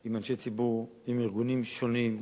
עם אנשי ציבור, עם ארגונים שונים,